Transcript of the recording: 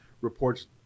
reports